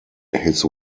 his